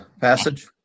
passage